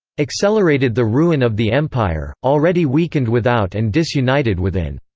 accelerated the ruin of the empire, already weakened without and disunited within.